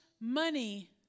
Money